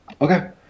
Okay